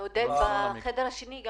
אני